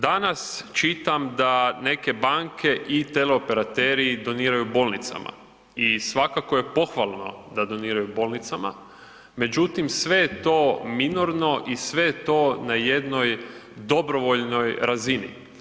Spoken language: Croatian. Danas čitam da neke banke i teleoperateri doniraju bolnicama i svakako je pohvalno da doniraju bolnica, međutim sve je to minorno i sve je to na jednoj dobrovoljnoj razini.